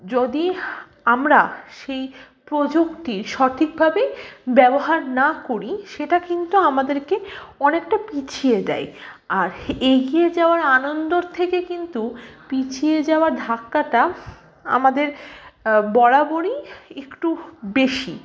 যদি আমরা সেই প্রযুক্তির সঠিকভাবে ব্যবহার না করি সেটা কিন্তু আমাদেরকে অনেকটা পিছিয়ে দেয় আর এগিয়ে যাওয়ার আনন্দর থেকে কিন্তু পিছিয়ে যাওয়ার ধাক্কাটা আমাদের বরাবরই একটু বেশি